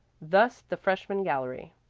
thus the freshman gallery.